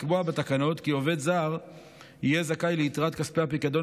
לקבוע בתקנות כי עובד זר יהיה זכאי ליתרת כספי הפיקדון